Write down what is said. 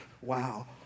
Wow